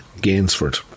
Gainsford